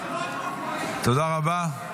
תודה רבה,